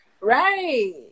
Right